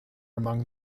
among